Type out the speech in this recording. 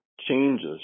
changes